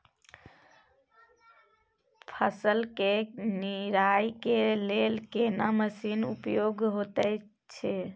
फसल के निराई के लेल केना मसीन उपयुक्त होयत छै?